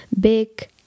big